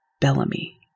Bellamy